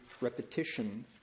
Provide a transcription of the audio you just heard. repetition